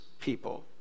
people